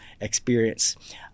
experience